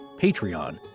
Patreon